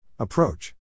Approach